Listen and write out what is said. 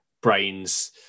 brains